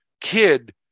kid